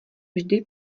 vždy